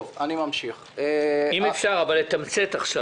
אם אפשר לתמצת עכשיו.